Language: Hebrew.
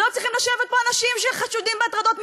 צריכים לשבת פה אנשים שחשודים בהטרדות מיניות.